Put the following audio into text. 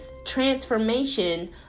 transformation